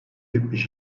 yetmiş